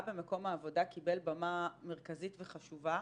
במקום העבודה קיבל במה מרכזית וחשובה.